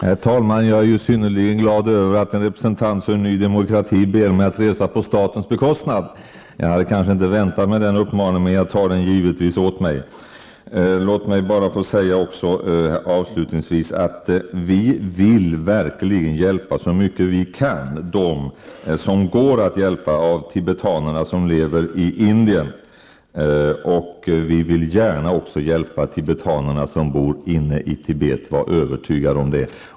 Herr talman! Jag är synnerligen glad över att en representant för Ny Demokrati ber mig att resa på statens bekostnad. Jag hade kanske inte väntat mig den uppmaningen, men jag tar dem givetvis till mig. Låt mig avslutningsvis få säga att vi verkligen så mycket vi kan vill hjälpa dem som går att hjälpa av tibetanerna som lever i Indien. Vi vill gärna också hjälpa de tibetaner som bor inne i Tibet. Var övertygad om det!